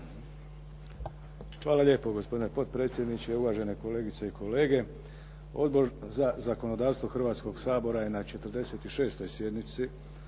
Hvala lijepo gospodine potpredsjedniče, uvažene kolegice i kolege. Odbor za zakonodavstvo Hrvatskog sabora je na 46 sjednici